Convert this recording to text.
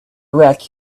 wreck